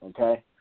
okay